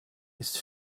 ist